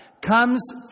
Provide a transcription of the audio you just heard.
comes